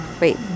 Wait